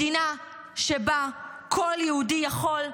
מדינה שבה כל יהודי יכול,